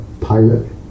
pilot